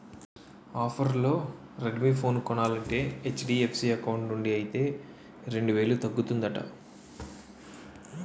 ఆఫర్లో Redmi phone కొనాలంటే HDFC account నుండి అయితే రెండేలు తగ్గుతుందట